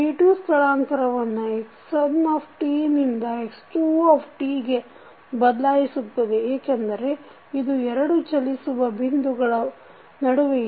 B2 ಸ್ಥಳಾಂತರವನ್ನು x1 ನಿಂದ x2 ಗೆ ಬದಲಾಯಿಸುತ್ತದೆ ಏಕೆಂದರೆ ಇದು ಎರಡು ಚಲಿಸುವ ಬಿಂದುಗಳ ನಡುವೆ ಇದೆ